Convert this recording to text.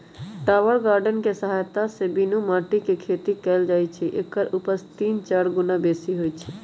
tower garden कें सहायत से बीनु माटीके खेती कएल जाइ छइ एकर उपज तीन चार गुन्ना बेशी होइ छइ